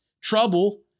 Trouble